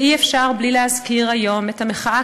ואי-אפשר בלי להזכיר היום את המחאה